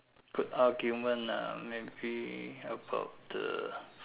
good argument ah maybe about the